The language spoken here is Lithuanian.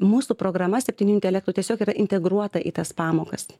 mūsų programa septynių intelektų tiesiog yra integruota į tas pamokas